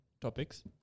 topics